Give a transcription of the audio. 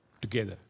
together